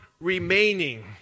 remaining